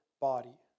body